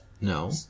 No